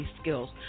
skills